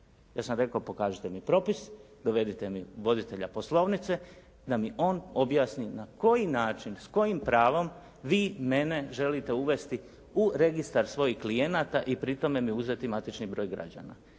Ja sam rekao pokažite mi propis, dovedite mi voditelja poslovnice da mi on objasni na koji način, s kojim pravom vi mene želite uvesti u registar svojih klijenata i pri tome mi uzeti matični broj građana.